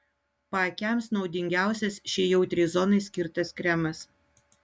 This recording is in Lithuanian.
paakiams naudingiausias šiai jautriai zonai skirtas kremas